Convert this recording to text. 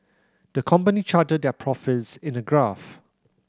the company charted their profits in a graph